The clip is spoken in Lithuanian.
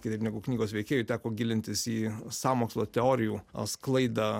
kitaip negu knygos veikėjui teko gilintis į sąmokslo teorijų sklaidą